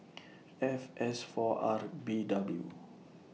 F S four R B W